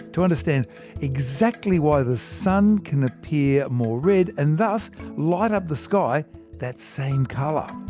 to understand exactly why the sun can appear more red, and thus light up the sky that same colour.